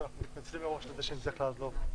אז אנחנו מתנצלים מראש על זה שנצטרך לעזוב.